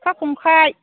सिखा खंखाइ